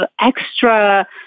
extra